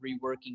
reworking